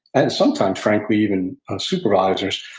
and sometimes frankly even supervisors.